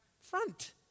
front